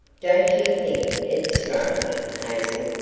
don't you think it strange, hazel,